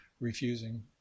refusing